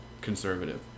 conservative